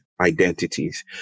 identities